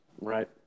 Right